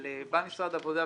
אבל בא משרד העבודה,